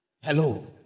Hello